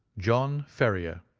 john ferrier,